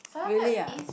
really ah